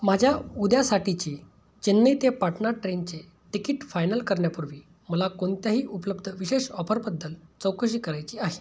माझ्या उद्यासाठीचे चेन्नई ते पाटणा ट्रेनचे टिकीट फायनल करण्यापूर्वी मला कोणत्याही उपलब्ध विशेष ऑफरबद्दल चौकशी करायची आहे